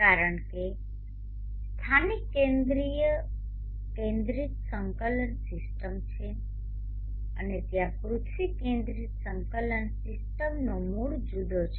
કારણ કે સ્થાનિક કેન્દ્રિત સંકલન સીસ્ટમ છે અને ત્યાં પૃથ્વી કેન્દ્રિત સંકલન સીસ્ટમનો મૂળ જુદો છે